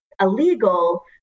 illegal